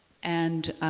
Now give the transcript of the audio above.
and